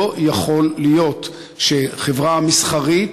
לא יכול להיות שחברה מסחרית